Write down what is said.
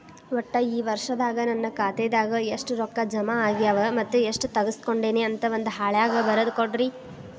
ಒಟ್ಟ ಈ ವರ್ಷದಾಗ ನನ್ನ ಖಾತೆದಾಗ ಎಷ್ಟ ರೊಕ್ಕ ಜಮಾ ಆಗ್ಯಾವ ಮತ್ತ ಎಷ್ಟ ತಗಸ್ಕೊಂಡೇನಿ ಅಂತ ಒಂದ್ ಹಾಳ್ಯಾಗ ಬರದ ಕೊಡ್ರಿ